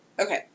Okay